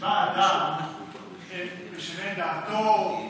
שבה אדם משנה את דעתו,